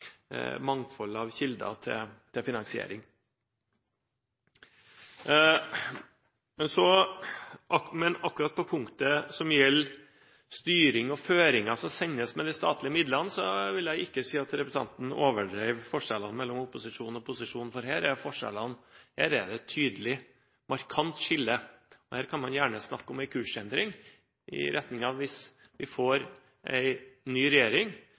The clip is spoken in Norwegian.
kilder for finansiering. Men akkurat på det punktet som gjelder styring og føringer som følger med de statlige midlene, vil jeg ikke si at representanten overdrev forskjellene mellom opposisjon og posisjon, for her er det et tydelig markant skille. Her kan man gjerne snakke om en kursendring i retning av at hvis vi får en ny regjering,